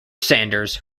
sanders